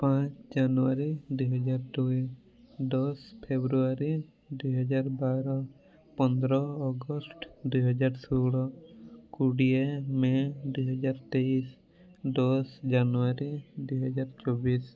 ପାଞ୍ଚ ଜାନୁୟାରୀ ଦୁଇ ହଜାର ଦୁଇ ଦଶ ଫେବୃଆରୀ ଦୁଇ ହଜାର ବାର ପନ୍ଦର ଅଗଷ୍ଟ ଦୁଇ ହଜାର ଷୋହଳ କୋଡ଼ିଏ ମେ ଦୁଇ ହଜାର ତେଇଶ ଦଶ ଜାନୁୟାରୀ ଦୁଇ ହଜାର ଚବିଶ